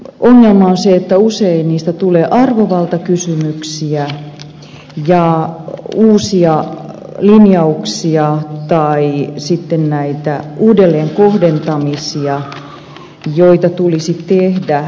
ongelma on se että usein niistä tulee arvovaltakysymyksiä ja uusia linjauksia tai sitten näitä uudelleenkohdentamisia joita tulisi tehdä